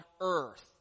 earth